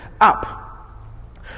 Up